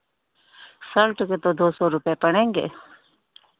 shirt के तो दो सौ रुपए पड़ेंगे